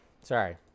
Sorry